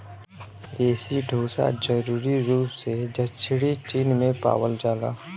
एसिडोसा जरूरी रूप से दक्षिणी चीन में पावल जाला